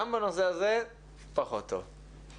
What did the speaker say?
גם בנושא הזה פחות טוב.